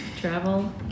travel